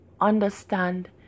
Understand